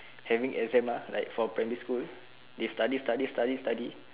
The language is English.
having exam ah like for primary school they study study study study